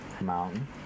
Mountain